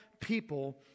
people